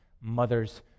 mothers